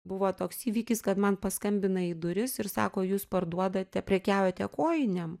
buvo toks įvykis kad man paskambina į duris ir sako jūs parduodate prekiaujate kojinėm